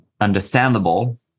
understandable